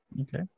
Okay